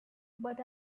but